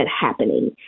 happening